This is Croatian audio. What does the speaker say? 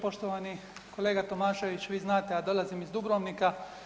Poštovani kolega Tomašević vi znate ja dolazim iz Dubrovnika.